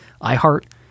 iHeart